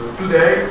today